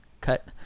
cut